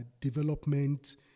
development